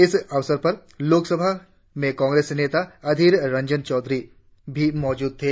इस अवसर पर लोकसभा में कांग्रेस नेता अधीर रंजन चौधरी भी मौजूद थे